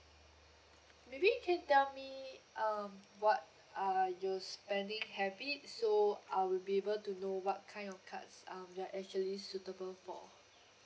maybe you can tell me um what are you spending habit so I will be able to know what kind of cards um you are actually suitable for